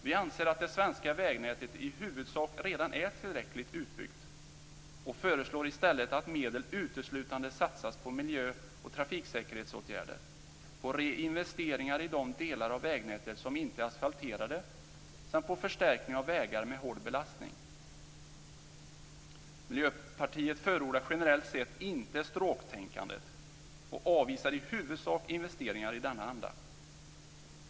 Vi anser att det svenska vägnätet i huvudsak redan är tillräckligt utbyggt och föreslår i stället att medel uteslutande satsas på miljö och trafiksäkerhetsåtgärder, på reinvesteringar i de delar av vägnätet som inte är asfalterade samt på förstärkning av vägar med hård belastning. Miljöpartiet förordar generellt sett inte stråktänkandet och avvisar i huvudsak investeringar i denna anda.